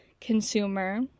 consumer